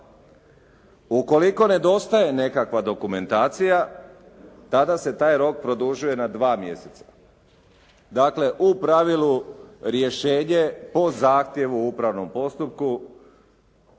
Ukoliko nedostaje nekakva dokumentacija tada se taj rok produžuje na dva mjeseca. Dakle u pravilu rješenje po zahtjevu o upravnom postupku